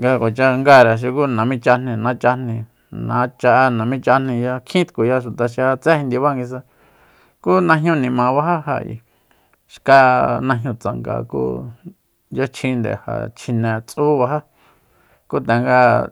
nga ja kuacha ngare xuku namíchajni nachajni nacha'e namichajniya kjin tkuya xuta xi ja tsé jindiba nguisa ku najñu nima bajá ja ayi xka najñu tsanga ku yachjinde ja chjine tsú bajá ku tanga